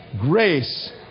grace